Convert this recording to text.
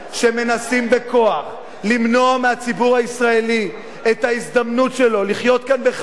שמנסים בכוח למנוע מהציבור הישראלי את ההזדמנות שלו לחיות כאן בכבוד,